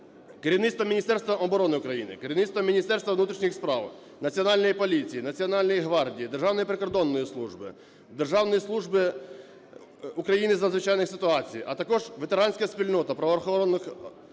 Керівництво Міністерства оборони України, керівництво Міністерства внутрішніх справ, Національної поліції, Національної гвардії, Державної прикордонної служби, Державної служби України з надзвичайних ситуацій, а також ветеранська спільнота правоохоронних та